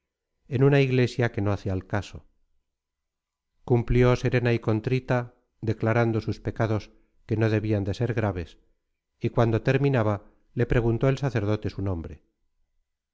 en una iglesia que no hace al caso cumplió serena y contrita declarando sus pecados que no debían de ser graves y cuando terminaba le preguntó el sacerdote su nombre